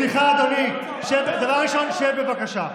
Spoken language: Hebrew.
סליחה, אדוני, דבר ראשון, שב, בבקשה.